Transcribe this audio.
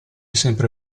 sempre